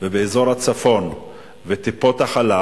ובאזור הצפון ולטיפות-חלב,